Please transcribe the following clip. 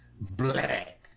black